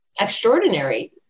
extraordinary